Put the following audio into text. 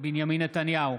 בנימין נתניהו,